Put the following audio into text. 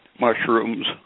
mushrooms